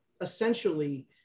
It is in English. essentially